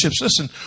Listen